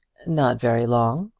not very long,